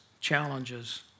challenges